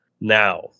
now